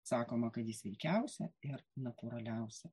sakoma kad ji sveikiausia ir natūraliausia